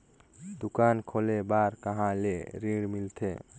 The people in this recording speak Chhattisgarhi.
दुकान खोले बार कहा ले ऋण मिलथे?